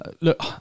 Look